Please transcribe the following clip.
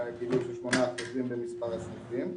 היה גידול של 8% במספר הסניפים.